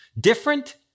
different